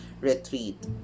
retreat